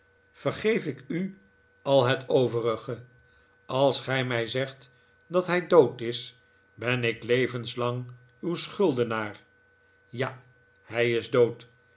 vergeef ik u al het overige als gij mij zegt dat hij dood is ben ik levenslang uw schuldenaar ja hij is dood